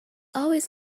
always